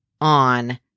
on